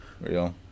Real